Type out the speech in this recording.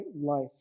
life